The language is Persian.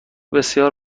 بسیار